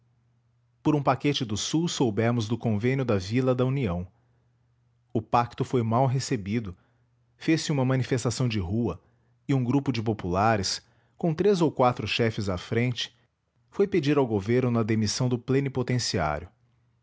por um paquete do sul soubemos do convênio da vila da união o pacto foi mal recebido fez-se uma manifestação de rua e um grupo de populares com três ou quatro chefes à frente foi pedir ao governo a demissão do plenipotenciário